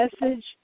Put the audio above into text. message